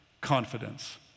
confidence